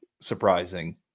surprising